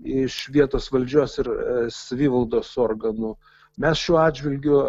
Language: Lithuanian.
iš vietos valdžios ir savivaldos organų mes šiuo atžvilgiu